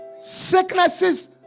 sicknesses